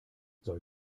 soll